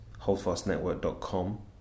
holdfastnetwork.com